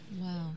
Wow